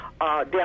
death